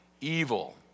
evil